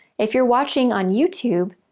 if you're watching on youtube,